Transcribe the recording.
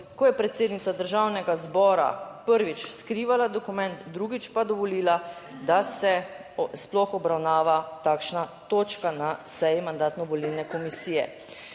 ko je predsednica Državnega zbora prvič skrivala dokument, drugič pa dovolila, da se sploh obravnava takšna točka na seji Mandatno-volilne komisije.